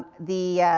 the,